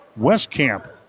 Westcamp